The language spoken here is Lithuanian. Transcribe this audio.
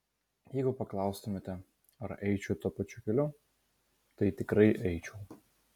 jeigu paklaustumėte ar eičiau tuo pačiu keliu tai tikrai eičiau